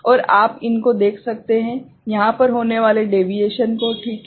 और आप इनको देख सकते हैं यहाँ पर होने वाले डेविएशन को ठीक हैं